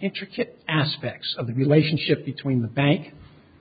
intricate aspects of the relationship between the bank